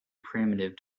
primitive